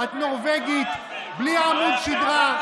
את נורבגית בלי עמוד שדרה.